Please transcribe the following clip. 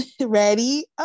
Ready